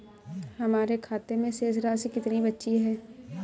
हमारे खाते में शेष राशि कितनी बची है?